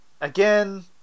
again